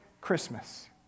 Christmas